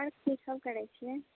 आओर कीसभ करैत छियै